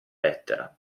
lettera